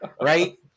right